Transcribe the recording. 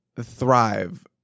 thrive